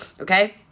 Okay